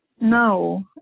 No